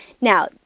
Now